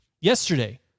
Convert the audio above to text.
yesterday